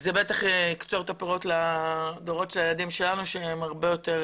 זה בטח יקצור את הפירות לדורות הבאים שהם הרבה יותר